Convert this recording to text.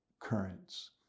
currents